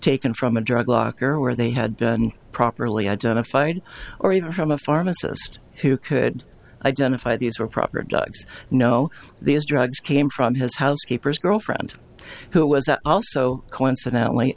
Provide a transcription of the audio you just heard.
taken from a drug locker where they had been properly identified or even from a pharmacist who could identify these were proper drugs know these drugs came from his housekeeper's girlfriend who was also coincidentally